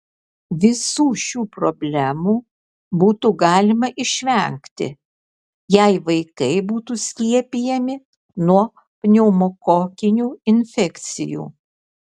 visų šių problemų būtų galima išvengti jei vaikai būtų skiepijami nuo pneumokokinių infekcijų